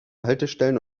haltestellen